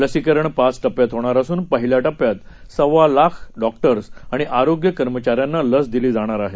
लसीकरण पाच टप्प्यात होणार असून पहिल्या टप्प्यात सव्वा लाख डॉक्टर्स आणि आरोग्य कर्मचाऱ्यांना लस दिली जाणार आहे